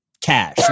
cash